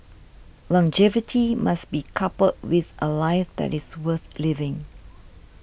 longevity must be coupled with a life that is worth living